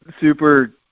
super